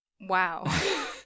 Wow